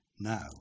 now